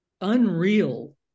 unreal